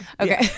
Okay